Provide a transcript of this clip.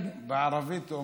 בטייבה, או